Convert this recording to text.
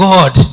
God